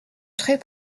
très